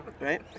right